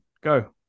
Go